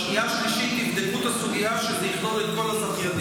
בשנייה ובשלישית תבדקו את הסוגיה כך שזה יכלול את כל הזכיינים.